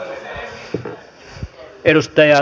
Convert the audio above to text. arvoisa puhemies